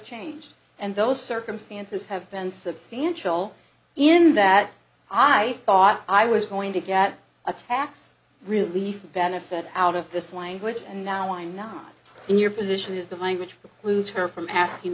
changed and those circumstances have been substantial in that i thought i was going to get a tax relief benefit out of this language and now i'm not in your position is the language to lose her from asking